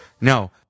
No